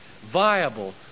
viable